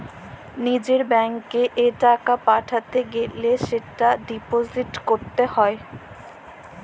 লিজের ব্যাঙ্কত এ টাকা পাঠাতে গ্যালে সেটা ডিপোজিট ক্যরত হ্য়